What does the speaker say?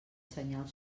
senyal